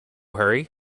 hurry